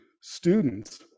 students